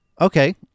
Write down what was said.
Okay